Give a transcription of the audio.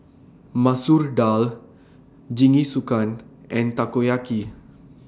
Masoor Dal Jingisukan and Takoyaki